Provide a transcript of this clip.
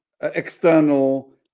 external